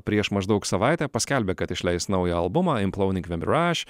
prieš maždaug savaitę paskelbė kad išleis naują albumą imploding the mirage